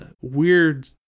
weird